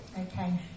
Okay